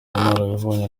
ubunararibonye